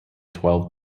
twelve